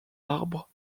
arbre